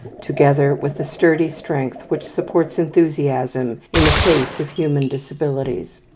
together with the sturdy strength which supports enthusiasm in the face of human disabilities.